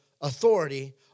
authority